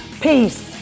Peace